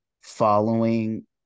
following